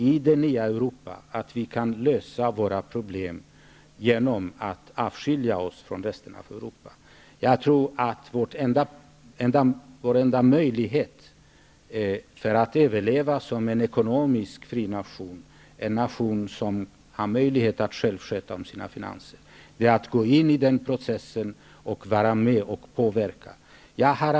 I det nya Europa kan vi inte lösa våra problem genom att avskilja oss från resten av Europa. Jag tror att vår enda möjlighet att överleva som en ekonomiskt fri nation, en nation som har möjlighet att själv sköta sina finanser, är att gå in i den pågående processen och vara med och påverka utvecklingen.